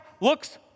looks